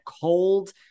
cold